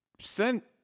sent